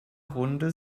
runde